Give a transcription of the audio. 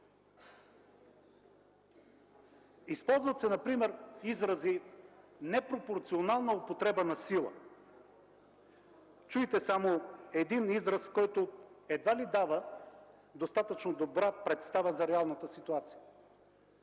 Използват се например изрази „непропорционална употреба на сила”. Чуйте само един израз, който едва ли дава достатъчно добра представа за реалната ситуация.